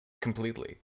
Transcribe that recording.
completely